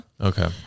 Okay